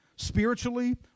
Spiritually